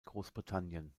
großbritannien